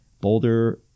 Boulder